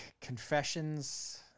Confessions